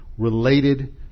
related